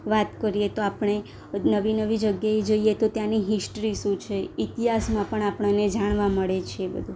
વાત કરીએ તો આપણે નવી નવી જગ્યાએ જઈએ તો ત્યાંની હિસ્ટ્રી શું છે ઇતિહાસમાં પણ આપણને જાણવા મળે છે બધું